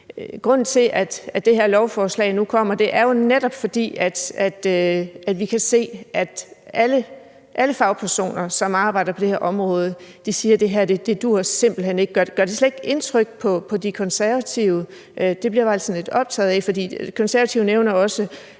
grunden til, at det her lovforslag kommer, er jo netop, fordi alle fagpersoner, som arbejder på det her område, siger, at det her simpelt hen ikke duer. Gør det slet ikke indtryk på De Konservative? Det bliver jeg sådan lidt optaget af. Ordføreren nævner også